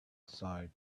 sighed